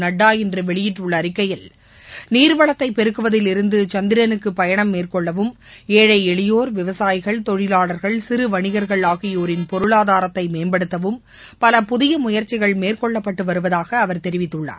நட்டா இன்று வெளியிட்டுள்ள அறிக்கையில் நீர்வளத்தை பெருக்குவதில் இருந்து சந்திரனுக்கு பயணம் மேற்கொள்ளவும் ஏழை எளியோர் விவசாயிகள் தொழிலாளர்கள் சிறு வணிகர்கள் ஆகியோரின் பொருளாதாரத்தை மேம்படுத்தவும் பல புதிய முயற்சிகள் மேற்கொள்ளப்பட்டு வருவதாக அவர் தெரிவித்துள்ளார்